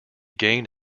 gained